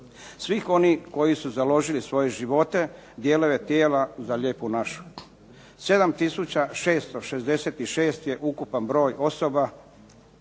Svih onih koji su založili svoje živote, dijelove tijela za lijepu našu. 7 tisuća 666 je ukupan broj osoba